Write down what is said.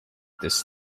this